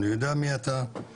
אני יודע מי אתה,